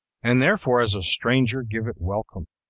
and therefore as a stranger give it welcome.